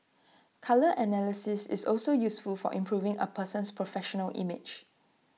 colour analysis is also useful for improving A person's professional image